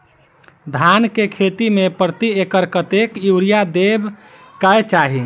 धान केँ खेती मे प्रति एकड़ कतेक यूरिया देब केँ चाहि?